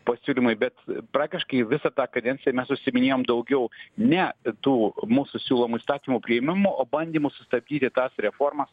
pasiūlymai bet praktiškai visą tą kadenciją mes užsiiminėjom daugiau ne tų mūsų siūlomų įstatymų priėmimu o bandymu sustabdyti tas reformas